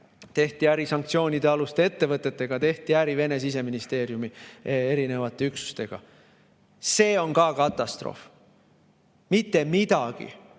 tehti äri sanktsioonialuste ettevõtetega, tehti äri Vene siseministeeriumi erinevate üksustega. See on ka katastroof! Mitte midagi,